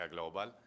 Global